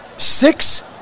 Six